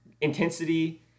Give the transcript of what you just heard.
intensity